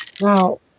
Now